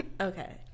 Okay